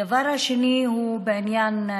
הדבר השני הוא בעניין,